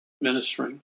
ministering